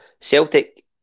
Celtic